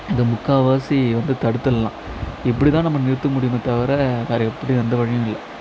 இது முக்கால்வாசி வந்து தடுத்துடலாம் இப்படிதான் நம்ம நிறுத்த முடியுமே தவிர வேறு எப்படியும் எந்த வழியும் இல்லை